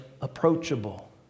approachable